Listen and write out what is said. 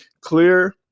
clear